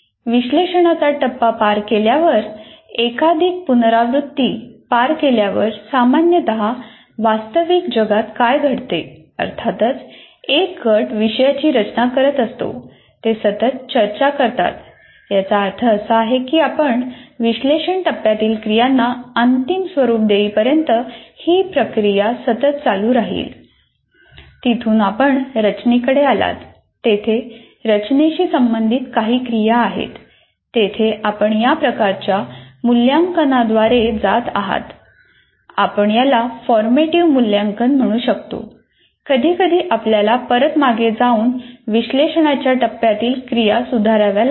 विश्लेषणाचा टप्पा पार केल्यावर कधीकधी आपल्याला परत मागे जाऊन विश्लेषणाच्या टप्प्यातील क्रिया सुधाराव्या लागतील